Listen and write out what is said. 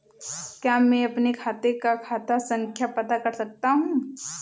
क्या मैं अपने खाते का खाता संख्या पता कर सकता हूँ?